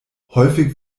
häufig